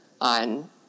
on